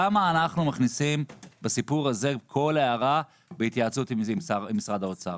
למה אנחנו מכניסים בסיפור הזה הערה 'בהתייעצות עם משרד האוצר'.